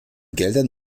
geldern